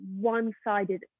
one-sided